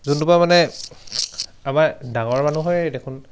যোনটোপা মানে আমাৰ ডাঙৰ মানুহে দেখোন